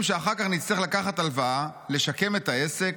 נצטרך לקחת הלוואה לשקם את העסק,